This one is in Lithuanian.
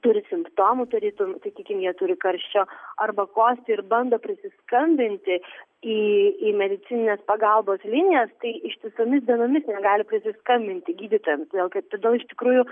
turi simptomų tarytum sakykim jie turi karščio arba kosti ir bando prisiskambinti į į medicininės pagalbos linijas tai ištisomis dienomis negali prisiskambinti gydytojam todėl kad todėl iš tikrųjų